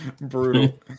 Brutal